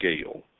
scale